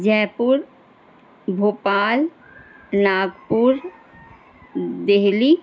جے پور بھوپال ناگپور دہلی